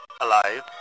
alive